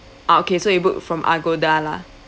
ah okay so you book from Agoda lah